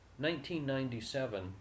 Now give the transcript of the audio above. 1997